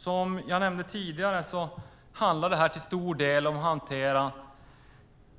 Som jag nämnde tidigare handlar det här till stor del om att hantera